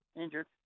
injured